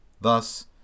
Thus